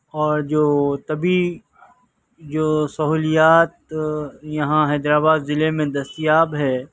اور جو طبعی جو سہولیات یہاں حیدرآباد ضلع میں دستیاب ہے